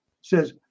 says